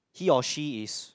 he or she is